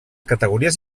categories